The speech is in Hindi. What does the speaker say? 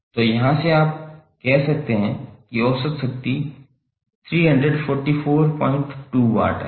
तो यहाँ से आप कह सकते हैं कि औसत शक्ति 3442 वाट है